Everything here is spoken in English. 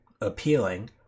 appealing